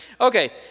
Okay